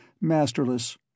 masterless